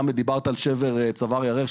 דיברת על שבר צוואר ירך,